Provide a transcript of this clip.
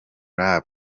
love